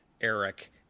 Eric